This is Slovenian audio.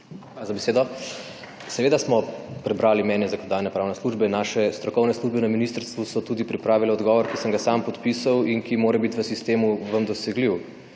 za besedo. Seveda smo prebrali mnenje Zakonodajno-pravne službe. Naše strokovne službe na ministrstvu so tudi pripravile odgovor, ki sem ga sam podpisal in ki mora bit v sistemu vam dosegljiv.